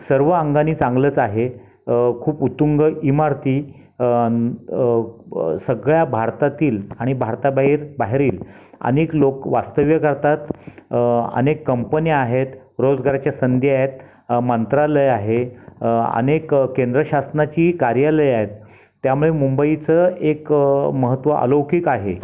सर्व अंगानी चांगलंच आहे खूप उत्तुंग इमारती सगळ्या भारतातील आणि भारता बाहेर बाहेरील अनेक लोक वास्तव्य करतात अनेक कंपन्या आहेत रोजगाराच्या संधी आहेत मंत्रालय आहे अनेक केंद्र शासनाची कार्यालये आहेत त्यामुळं मुंबईचं एक महत्त्व अलौकिक आहे